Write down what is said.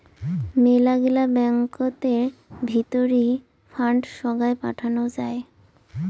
মেলাগিলা ব্যাঙ্কতের ভিতরি ফান্ড সোগায় পাঠানো যাই